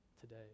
today